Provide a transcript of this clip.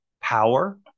Power